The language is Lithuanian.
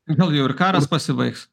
gal jau ir karas pasibaigs